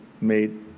made